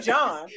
John